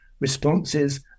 responses